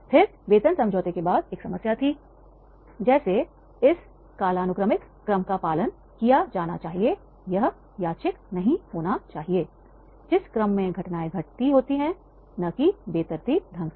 फिर वेतन समझौते के बाद एक समस्या थी जैसे इस कालानुक्रमिक नहीं होना चाहिए जिस क्रम में घटनाएँ घटित होती हैं न कि बेतरतीब ढंग से